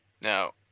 Now